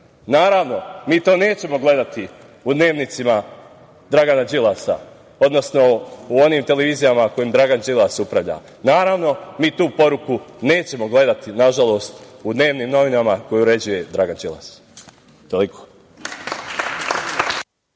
SNS.Naravno, mi to nećemo gledati u dnevnicima Dragana Đilasa, odnosno na onim televizijama kojima Dragan Đilas upravlja. Naravno, mi tu poruku nećemo gledati nažalost u dnevnim novinama koje uređuje Dragan Đilas. Toliko.